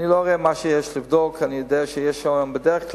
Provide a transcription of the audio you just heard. אני לא רואה מה יש לבדוק, אני יודע שבדרך כלל,